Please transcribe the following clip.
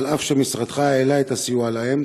אף שמשרדך העלה את הסיוע להם.